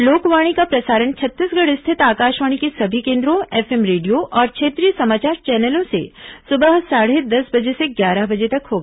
लोकवाणी का प्रसारण छत्तीसगढ़ स्थित आकाशवाणी के सभी केन्द्रों एफएम रेडियो और क्षेत्रीय समाचार चैनलों से सुबह साढे दस बजे से ग्यारह बजे तक होगा